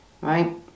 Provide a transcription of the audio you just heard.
right